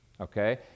okay